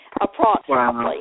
approximately